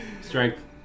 strength